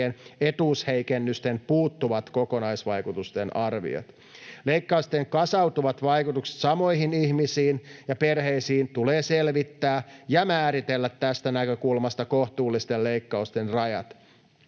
etuusheikennysten puuttuvat kokonaisvaikutusten arviot. Leikkausten kasautuvat vaikutukset samoihin ihmisiin ja perheisiin tulee selvittää ja määritellä tästä näkökulmasta kohtuullisten leikkausten rajat.